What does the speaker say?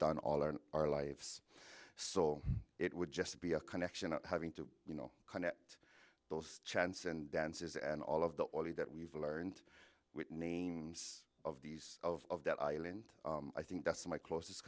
done all our in our lives so it would just be a connection of having to you know connect those chants and dances and all of the body that we've learned with names of these of that island i think that's my closest